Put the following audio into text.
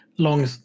Long